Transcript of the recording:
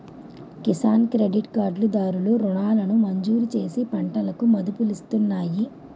Kisan credit card దారులు కు రుణాలను మంజూరుచేసి పంటలకు మదుపులిస్తున్నాయి